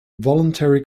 voluntary